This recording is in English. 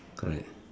correct